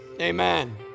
amen